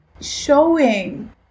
showing